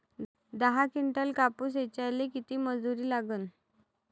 दहा किंटल कापूस ऐचायले किती मजूरी लागन?